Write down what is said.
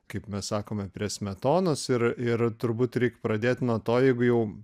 kaip mes sakome prie smetonos ir ir turbūt reik pradėt nuo to jeigu jau